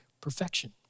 perfection